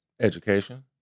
Education